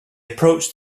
approached